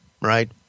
right